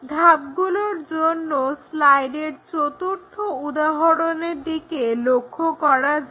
ধাপগুলোর জন্য স্লাইডের চতুর্থ উদাহরণের দিকে লক্ষ্য করা যাক